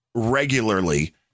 regularly